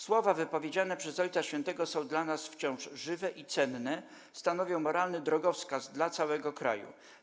Słowa wypowiedziane przez Ojca Świętego są dla nas wciąż żywe i cenne, stanowią moralny drogowskaz dla całego kraju.